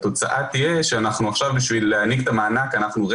התוצאה תהיה שבשביל להעניק את המענק אנחנו עכשיו